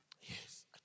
Yes